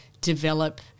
develop